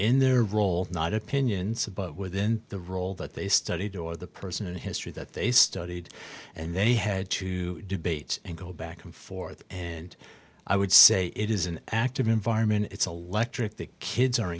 in their role not opinions within the role that they studied or the person in history that they studied and they had to debate and go back and forth and i would say it is an act of environment it's a lecture if the kids are